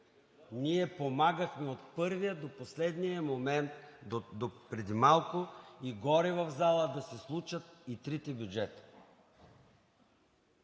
Ние помагахме от първия до последния момент до преди малко горе в залата, за да се случат и трите бюджета.